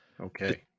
Okay